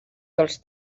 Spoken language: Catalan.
dels